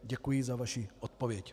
Děkuji za vaši odpověď.